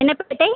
என்ன பேட்டை